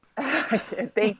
thank